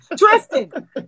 Tristan